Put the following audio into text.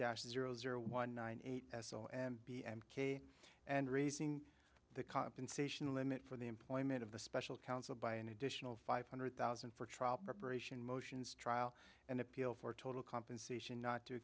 dash zero zero one nine eight s l and b and k and raising the compensation limit for the employment of the special counsel by an additional five hundred thousand for trial preparation motions trial and appeal for total compensation not to